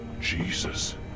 Jesus